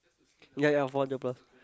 ya ya four hundred plus